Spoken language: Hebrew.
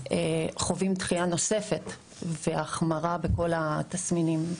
ואז חווים דחייה נוספת והחמרה בכל התסמינים.